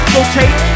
Rotate